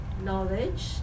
knowledge